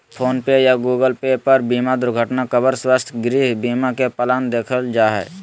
phone पे या Google Pay पर बीमा दुर्घटना कवर, स्वास्थ्य, गृह बीमा के प्लान देखल जा हय